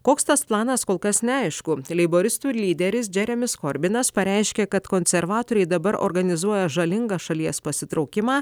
koks tas planas kol kas neaišku leiboristų lyderis džeremis korbinas pareiškė kad konservatoriai dabar organizuoja žalingą šalies pasitraukimą